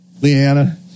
Leanna